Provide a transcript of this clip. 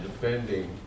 defending